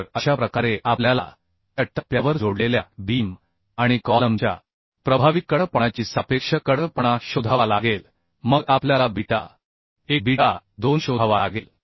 तर अशा प्रकारे आपल्याला त्या टप्प्यावर जोडलेल्या बीम आणि कॉलमच्या प्रभावी कडकपणाची सापेक्ष कडकपणा शोधावा लागेल मग आपल्याला बीटा 1 बीटा 2 शोधावा लागेल